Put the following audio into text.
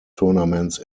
tournaments